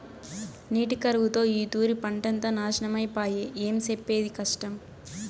నీటి కరువుతో ఈ తూరి పంటంతా నాశనమై పాయె, ఏం సెప్పేది కష్టం